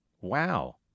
Wow